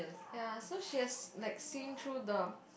ya so she has like seen through the